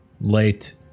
Late